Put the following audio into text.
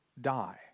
die